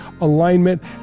alignment